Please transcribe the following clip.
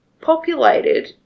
populated